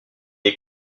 est